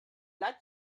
like